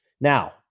Now